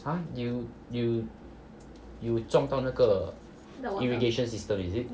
!huh! you you you 撞到那个 irrigation system is it